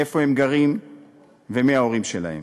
איפה הם גרים ומי ההורים שלהם.